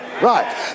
right